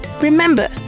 Remember